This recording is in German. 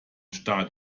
stark